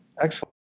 Excellent